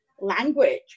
language